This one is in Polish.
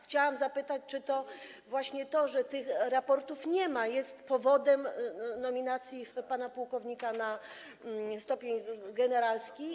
Chciałam zapytać, czy to właśnie to, że tych raportów nie ma, jest powodem nominacji pana pułkownika na stopień generalski.